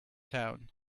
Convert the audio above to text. town